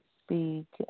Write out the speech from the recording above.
speak